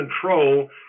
control